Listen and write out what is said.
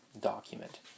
document